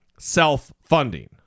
Self-funding